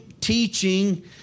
teaching